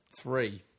three